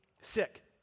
sick